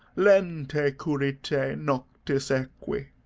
lente currite, noctis equi!